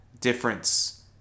difference